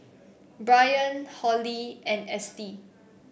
Brian Holly and Estie